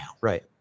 Right